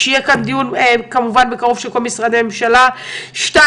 שיהיה כאן דיון כמובן בקרוב של כל משרדי הממשלה; שתיים,